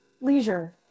Leisure